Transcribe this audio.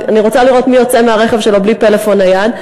אני רוצה לראות מי יוצא מהרכב שלו בלי טלפון נייד.